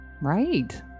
right